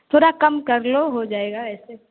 थोड़ा कम कर लो हो जाएगा ऐसे